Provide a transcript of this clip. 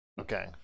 Okay